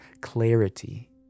clarity